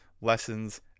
lessons